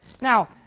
Now